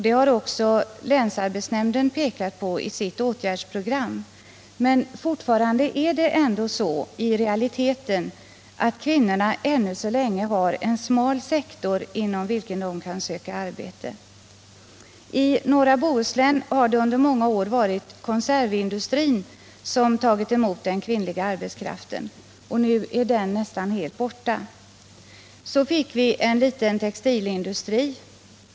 Det har också länsarbetsnämnden pekat på i sitt åtgärdsprogram. Fortfarande är det ändå så i realiteten att kvinnorna än så länge har en smal sektor inom vilken de kan söka arbete. I norra Bohuslän har det under många år varit konservindustrin som tagit emot den kvinnliga arbetskraften. Nu är den nästan helt borta. Så fick vi en liten textilindustri.